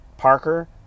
Parker